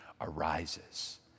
arises